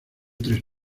tres